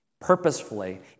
Purposefully